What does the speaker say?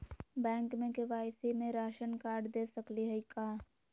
Bank में KYC में ration card दे सकली हई का?